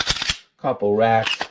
couple racks,